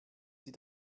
sie